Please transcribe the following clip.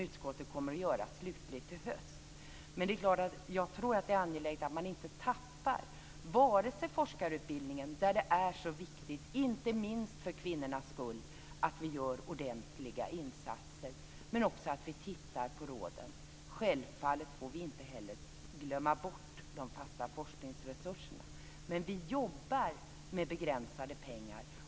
Utskottet kommer att göra detta i höst. Jag tror att det är angeläget att man inte tappar forskarutbildningen där det är så viktigt, inte minst för kvinnornas skull, att vi gör ordentliga insatser. Men det är också viktigt att vi tittar på råden. Vi får självfallet inte heller glömma bort de fasta forskningsresurserna. Men vi jobbar med begränsade pengar.